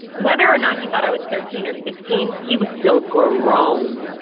whether or not he thought i was thirteen or sixteen, he was still grown!